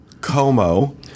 Como